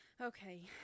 Okay